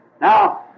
Now